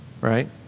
right